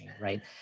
right